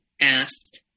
asked